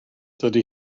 dydy